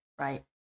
right